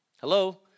Hello